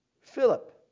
Philip